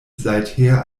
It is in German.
seither